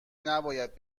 نباید